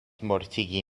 mortigi